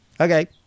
okay